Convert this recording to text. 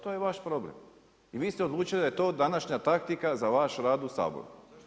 To je vaš problem i vi ste odlučili da je to današnja taktika za vaš rad u Saboru.